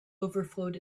overflowed